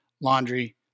laundry